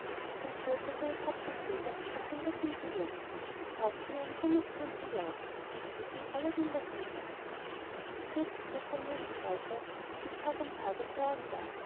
dann führte seine tapfren krieger er heimwärts im triumph das haupt von einem ruhmeskranz umlaubt und hieß nun aladdin der sieger in stetem fluß allmählich reihte sich tag an tag und jahr an jahr